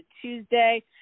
Tuesday